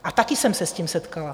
A také jsem se s tím setkala.